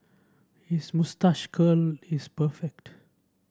his moustache curl is perfect